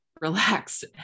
relax